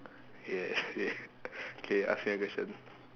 yeah yeah okay ask me a question